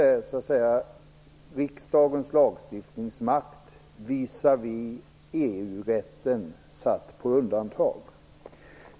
Därmed är riksdagens lagstiftningsmakt visavi EU-rätten satt på undantag.